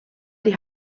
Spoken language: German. die